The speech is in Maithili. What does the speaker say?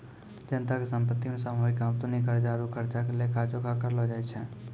जनता के संपत्ति मे सामूहिक आमदनी, कर्जा आरु खर्चा के लेखा जोखा करलो जाय छै